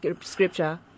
scripture